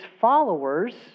followers